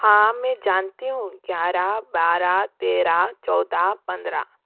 हाँ मैं जानती हूँ ग्यारह बारह तेरह चौदह पंद्रह